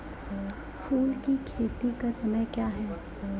फुल की खेती का समय क्या हैं?